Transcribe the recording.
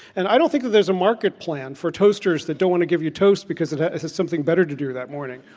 and i don't think there's a market plan for toasters that don't want to give you toast because it has something better to do that morning.